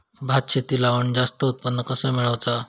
भात शेती लावण जास्त उत्पन्न कसा मेळवचा?